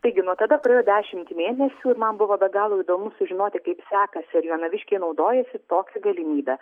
taigi nuo tada praėjo dešimt mėnesių man buvo be galo įdomu sužinoti kaip sekasi jonaviškiai naudojasi tokia galimybe